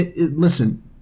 listen